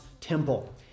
temple